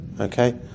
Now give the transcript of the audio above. Okay